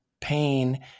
pain